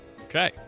Okay